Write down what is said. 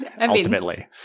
ultimately